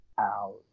out